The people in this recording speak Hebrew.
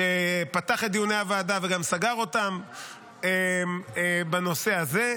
שפתח את דיוני הוועדה וגם סגר אותם בנושא הזה,